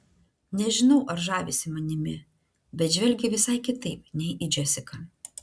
nežinau ar žavisi manimi bet žvelgia visai kitaip nei į džesiką